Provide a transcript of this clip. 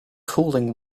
cooling